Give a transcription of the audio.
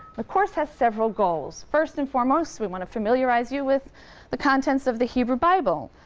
the course has several goals. first and foremost, we want to familiarize you with the contents of the hebrew bible.